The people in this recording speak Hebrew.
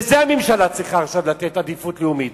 לזה הממשלה צריכה לתת עכשיו עדיפות לאומית.